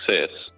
success